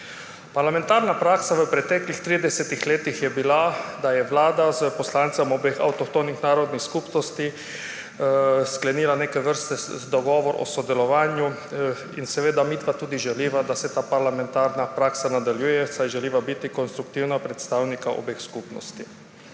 Parlamentarna praksa v preteklih 30 letih je bila, da je Vlada s poslancema obeh avtohtonih narodnih skupnosti sklenila neke vrste dogovor o sodelovanju, in seveda midva želiva, da se ta parlamentarna praksa nadaljuje, saj želiva biti konstruktivna predstavnika obeh skupnosti.